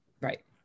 right